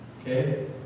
Okay